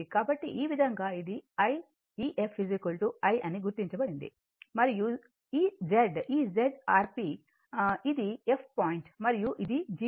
కాబట్టి ఈ విధంగా ఇది I ef I అని గుర్తించబడింది ఇది మరియు Z ఈ Zfg ఇది f పాయింట్ మరియు ఇది g పాయింట్